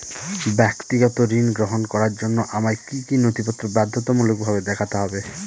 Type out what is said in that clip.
ব্যক্তিগত ঋণ গ্রহণ করার জন্য আমায় কি কী নথিপত্র বাধ্যতামূলকভাবে দেখাতে হবে?